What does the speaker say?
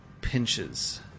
pinches